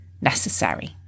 necessary